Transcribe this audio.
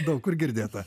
daug kur girdėta